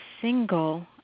single